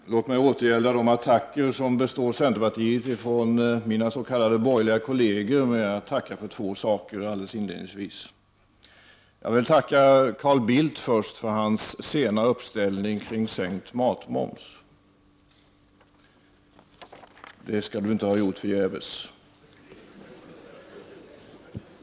Fru talman! Låt mig återgälda de attacker som bestås centerpartiet från mina s.k. borgerliga kolleger genom att tacka för två saker, alldeles inledningsvis. Jag vill tacka Carl Bildt först för hans sena uppställning kring sänkt matmoms. Det skall han inte ha gjort förgäves.